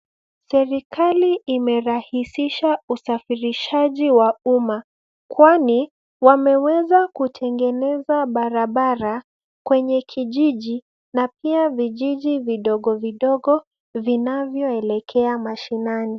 Serikali imerahisisha usafirishaji wa umma kwani wameweza kutengeneza barabara kwenye kijiji na pia vijiji vidogovidogo vinavyoelekea mashinani.